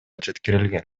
жеткирилген